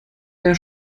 der